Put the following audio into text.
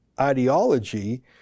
ideology